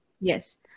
Yes